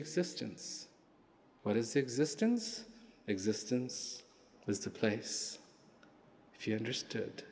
existence what is existence existence is to place she understood